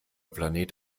planet